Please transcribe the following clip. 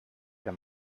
der